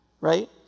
Right